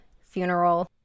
funeral